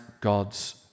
God's